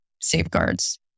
safeguards